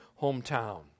hometown